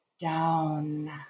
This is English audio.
down